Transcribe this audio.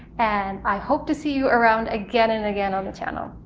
and i hope to see you around again and again on the channel.